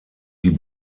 die